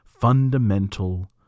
fundamental